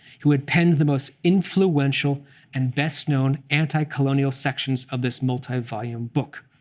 who had penned the most influential and best-known anticolonial sections of this multi-volume book,